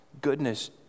goodness